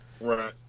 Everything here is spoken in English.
Right